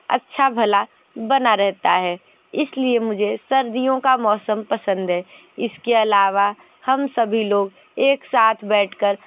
अच्छा भला बना रहता है इसलिए मुझे सर्दियों का मौसम पसंद है इसके अलावा हम सभी लोग एक साथ बैठकर